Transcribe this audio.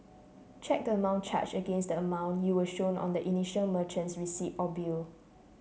check the amount charged against the amount you were shown on the initial merchant's receipt or bill